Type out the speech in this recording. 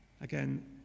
Again